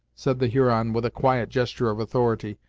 said the huron with a quiet gesture of authority,